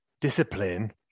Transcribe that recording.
discipline